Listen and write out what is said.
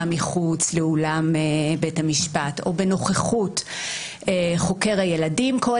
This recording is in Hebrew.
מחוץ לאולם בית המשפט או בנוכחות חוקר הילדים כל